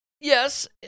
yes